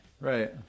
right